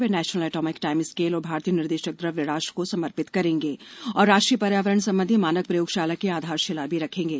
वे national atomic timescale और भारतीय निर्देशक द्रव्य राष्ट्र को समर्पित करेंगे और राष्ट्रीय पर्यावरण संबंधी मानक प्रयोगशाला की आधारशिला भी रखेंगे